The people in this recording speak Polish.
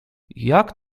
jak